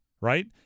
right